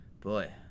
Boy